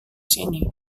sini